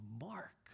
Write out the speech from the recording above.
Mark